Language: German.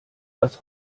das